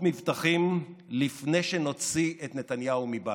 מבטחים לפני שנוציא את נתניהו מבלפור,